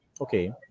Okay